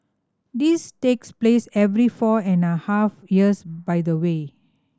this takes place every four and a half years by the way